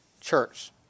Church